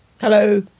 Hello